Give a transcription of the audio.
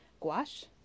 gouache